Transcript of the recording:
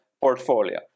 portfolio